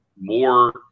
more